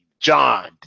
John